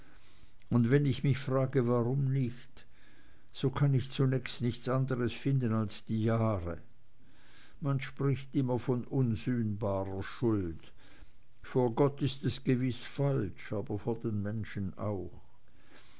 und wenn ich mich frage warum nicht so kann ich zunächst nichts anderes finden als die jahre man spricht immer von unsühnbarer schuld vor gott ist es gewiß falsch aber vor den menschen auch